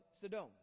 Sodom